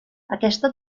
aquesta